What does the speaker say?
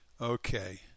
Okay